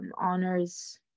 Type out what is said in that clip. honors